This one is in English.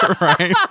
right